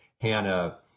Hannah